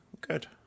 Good